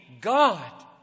God